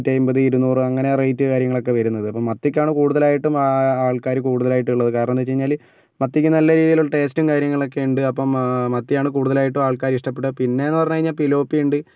നൂറ്റിയമ്പത് ഇരുനൂറ് അങ്ങനെയാണ് റേറ്റ് കാര്യങ്ങളൊക്കെ വരുന്നത് അപ്പം മത്തിക്കാണ് കൂടുതൽ ആയിട്ടും ആ ആൾക്കാര് കൂടുതലായിട്ട് ഉള്ളത് കാരണം എന്തെന്ന് വച്ച് കഴിഞ്ഞാല് മത്തിക്ക് നല്ല രീതിയിലുള്ള ടേസ്റ്റും കാര്യങ്ങളും ഒക്കെ ഉണ്ട് അപ്പം മത്തിയാണ് കൂടുതലായിട്ടും ആൾക്കാര് ഇഷ്ടപ്പെടുക പിന്നെ എന്ന് പറഞ്ഞുകഴിഞ്ഞാല് പിലോപ്പിയ ഉണ്ട്